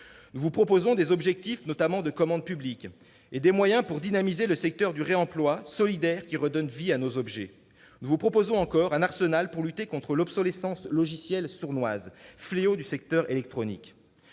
Nous vous proposons des objectifs, notamment en termes de commande publique, et des moyens pour dynamiser le secteur du réemploi solidaire, qui redonne vie à nos objets. Nous vous proposons un arsenal pour lutter contre l'obsolescence logicielle sournoise, fléau du secteur électronique.